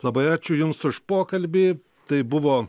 labai ačiū jums už pokalbį tai buvo